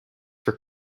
for